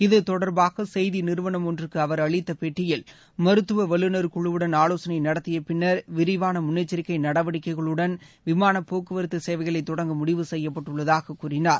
இது தொடர்பாக செய்தி நிறுவனம் ஒன்றுக்கு அவர் அளித்த பேட்டியில் மருத்துவ வல்லுநர் குழுவுடன் ஆவோசனை நடத்திய பின்னர் விரிவாள முன்னெச்சரிக்கை நடவடிக்கைகளுடன் விமான போக்குவரத்து சேவைகளை தொடங்க முடிவு செய்யப்பட்டுள்ளதாக கூறினார்